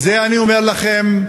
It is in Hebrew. אני אומר לכם,